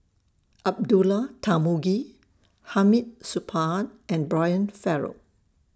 Abdullah Tarmugi Hamid Supaat and Brian Farrell